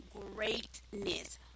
greatness